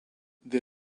they